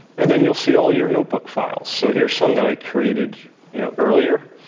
and then you'll see all your notebook files. so here's some that i created you know earlier.